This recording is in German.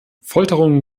folterungen